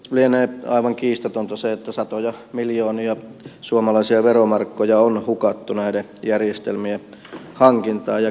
lienee aivan kiistatonta se että satoja miljoonia suomalaisia veromarkkoja on hukattu näiden järjestelmien hankintaan ja kehittelyyn